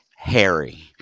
Harry